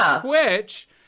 Twitch